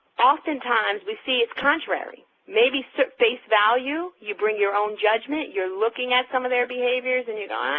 oftentimes we see it's contrary. maybe face value, you bring your own judgment, you're looking at some of their behaviors and you go,